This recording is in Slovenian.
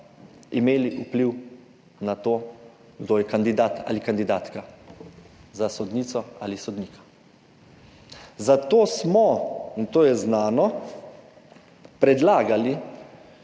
imeli vpliv na to, kdo je kandidat ali kandidatka za sodnico ali sodnika. Zato smo, in to je znano, predlagali